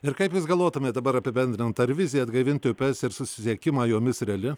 ir kaip jūs galvotumėt dabar apibendrint ar vizija atgaivinti upes ir susisiekimą jomis reali